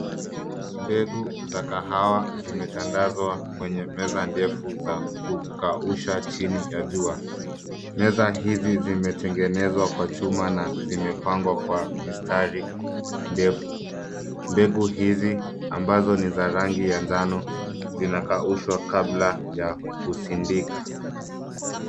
Mbegu za kahawa zimetandazwa kwenye meza ndefu za kukausha chini ya jua. Meza hizi zimetengenezwa kwa chuma na zimepangwa kwa mistari ndefu. Mbegu hizi ambazo ni za rangi ya njano zinakaushwa kabla ya kusindika.